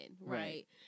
Right